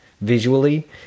visually